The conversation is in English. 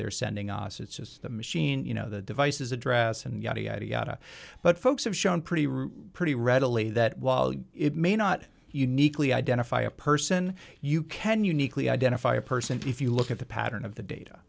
they're sending us it's just the machine you know the devices address and yada yada yada but folks have shown pretty pretty readily that while it may not uniquely identify a person you can uniquely identify a person if you look at the pattern of the data